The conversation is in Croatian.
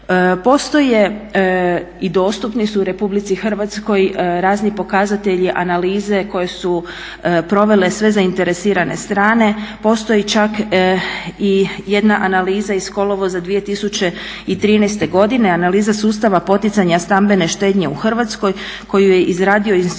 Postoje i dostupni su Republici Hrvatskoj razni pokazatelji analize koje su provele sve zainteresirane strane. Postoji čak i jedna analiza iz kolovoza 2013. godine, analiza sustava poticanja stambene štednje u Hrvatskoj koju je izradio Institut